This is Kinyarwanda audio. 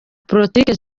politiki